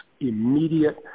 immediate